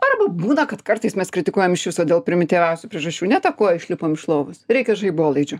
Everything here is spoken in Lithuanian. arba būna kad kartais mes kritikuojam iš viso dėl primityviausių priežasčių ne ta koja išlipom iš lovos reikia žaibolaidžio